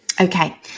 Okay